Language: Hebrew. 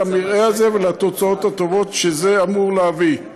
למרעה הזה ולתוצאות שזה אמור להביא.